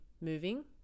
moving